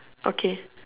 okay